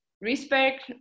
respect